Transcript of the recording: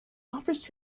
offers